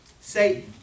Satan